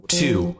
two